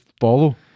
follow